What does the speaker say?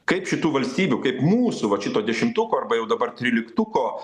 kaip šitų valstybių kaip mūsų vat šito dešimtuko arba jau dabar tryliktuko